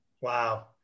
Wow